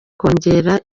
kongera